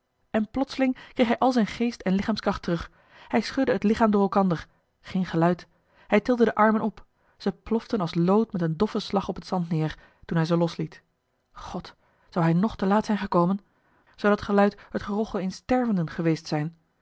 en plotseling kreeg hij al zijn geest en lichaamskracht terug hij schudde het lichaam door elkander geen geluid hij tilde de armen op ze ploften als lood met een doffen slag op het zand neer toen hij ze losliet god zou hij nog te laat zijn gekomen zou dat geluid het gerochel eens stervenden geweest zijn